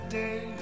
day